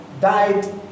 died